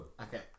Okay